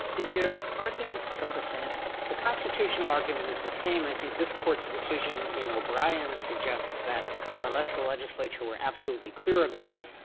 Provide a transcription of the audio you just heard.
is your argument still the same? dreeben the constitutional argument is the same. i think this court's decision in o'brien suggests that unless the legislature were absolutely clear about it,